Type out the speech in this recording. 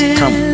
come